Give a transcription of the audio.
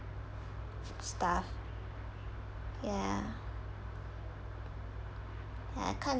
stuff ya ya I can't